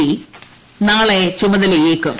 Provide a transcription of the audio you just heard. P നാളെ ചുമതലയേൽക്കും